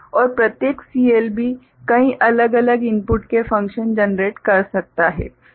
और प्रत्येक CLB कई अलग अलग इनपुट के फंक्शन जनरेट कर सकता है प्रत्येक CLB ठीक है